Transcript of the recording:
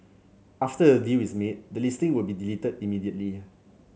after a deal is made the listing would be deleted immediately